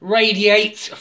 radiates